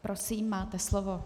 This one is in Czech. Prosím, máte slovo.